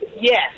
Yes